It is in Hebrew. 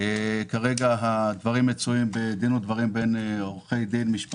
כרגע יש דין ודברים בין עורכי דין, משפטנים,